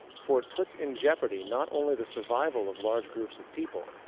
for it puts in jeopardy not only the survival of large groups of people,